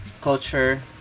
culture